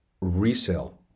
resale